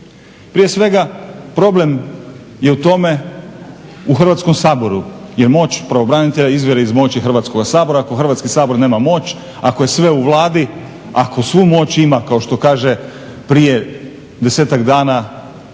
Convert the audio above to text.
Prije svega problem je u tome u Hrvatskom saboru je moć pravobranitelja izvire iz moći Hrvatskoga sabora. Ako Hrvatski sabor nema moć ako je sve u Vladi ako svu moć imamo kao što kaže prije desetak dana